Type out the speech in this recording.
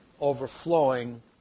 overflowing